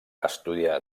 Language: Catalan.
estudià